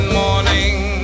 morning